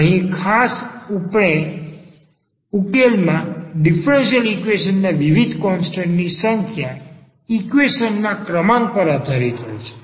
અહીં ખાસ ઉકેલમાં આપણે ડીફરન્સીયલ ઈક્વેશન ના વિવિધ કોન્સ્ટન્ટ ની સંખ્યા ઈક્વેશન ના ક્રમાંક પર આધારિત હોય છે